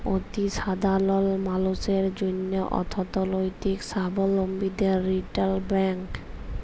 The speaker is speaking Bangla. অতি সাধারল মালুসের জ্যনহে অথ্থলৈতিক সাবলম্বীদের রিটেল ব্যাংক